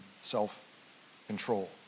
self-control